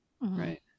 right